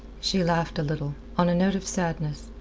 she laughed a little, on a note of sadness,